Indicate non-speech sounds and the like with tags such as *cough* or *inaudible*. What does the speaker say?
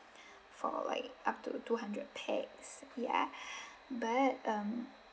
for like up to two hundred pax ya *breath* but um